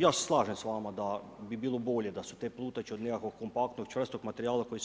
Ja se slažem s vama, da bi bilo bolje, da su te plutače od nekakvog, kompaktnog, čvrstog materijala koji